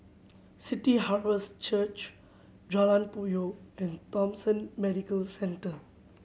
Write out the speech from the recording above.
City Harvest Church Jalan Puyoh and Thomson Medical Centre